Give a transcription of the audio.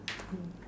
twelve